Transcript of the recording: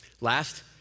Last